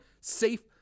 safe